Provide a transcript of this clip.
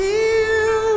Feel